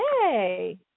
Yay